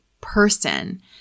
person